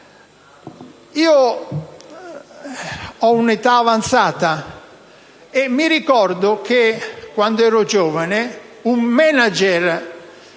Io ho un'età avanzata e ricordo che, quando ero giovane, un *manager*